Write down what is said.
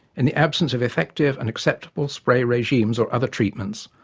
in the absence of effective and acceptable spray regimes or other treatments,